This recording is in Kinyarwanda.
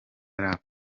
rap